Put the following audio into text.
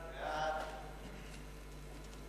ההצעה להעביר את הצעת חוק זכויות למשרתים בשירות צבאי או לאומי,